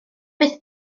beth